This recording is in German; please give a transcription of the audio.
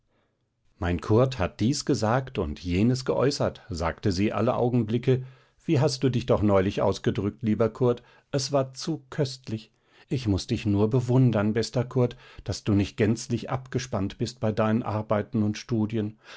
mein kurt hat dies gesagt und jenes geäußert sagte sie alle augenblicke wie hast du dich doch neulich ausgedrückt lieber kurt es war zu köstlich ich muß dich nur bewundern bester kurt daß du nicht gänzlich abgespannt bist bei deinen arbeiten und studien